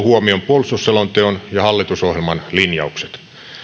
huomioon puolustusselonteon ja hallitusohjelman linjaukset